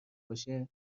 باشه